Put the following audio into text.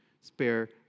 spare